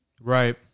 Right